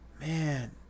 man